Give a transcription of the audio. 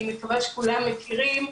אני מקווה שכולם מכירים,